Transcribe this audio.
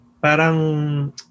Parang